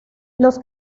los